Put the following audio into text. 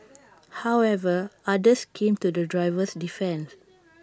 however others came to the driver's defence